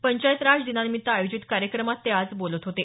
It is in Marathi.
पंचायत राज दिनानिमित्त आयोजित कार्यक्रमात ते आज बोलत होते